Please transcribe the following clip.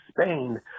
Spain